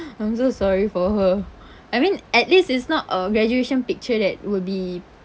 I'm so sorry for her I mean at least it's not a graduation picture that will be